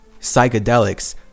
psychedelics